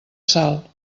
sal